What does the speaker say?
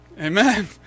Amen